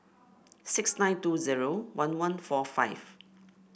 six nine two zero one one four five